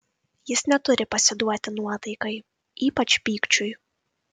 jis neturi pasiduoti nuotaikai ypač pykčiui